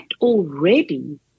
already